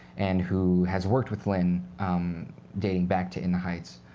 and who has worked with lin dating back to in the heights.